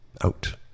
out